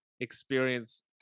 experience